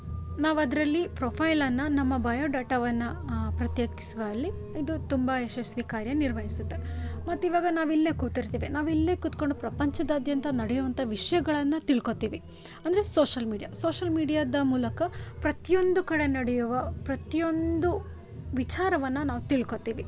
ನಾವು ಅದರಲ್ಲಿ ಫ್ರೋಫೈಲನ್ನು ನಮ್ಮ ಬಯೋಡಾಟವನ್ನು ಪ್ರತ್ಯೇಕ್ಸುವಲ್ಲಿ ಇದು ತುಂಬ ಯಶಸ್ವಿ ಕಾರ್ಯನಿರ್ವಹಿಸುತ್ತೆ ಮತ್ತು ಇವಾಗ ನಾವಿಲ್ಲೇ ಕೂತಿರ್ತೀವಿ ನಾವಿಲ್ಲೇ ಕುತ್ಕೊಂಡು ಪ್ರಪಂಚದಾದ್ಯಂತ ನಡೆಯುವಂಥ ವಿಷಯಗಳನ್ನ ತಿಳ್ಕೋತೀವಿ ಅಂದರೆ ಸೋಷಲ್ ಮೀಡ್ಯಾ ಸೋಷಲ್ ಮೀಡ್ಯಾದ ಮೂಲಕ ಪ್ರತಿಯೊಂದು ಕಡೆ ನಡೆಯುವ ಪ್ರತಿಯೊಂದು ವಿಚಾರವನ್ನು ನಾವು ತಿಳ್ಕೋತೀವಿ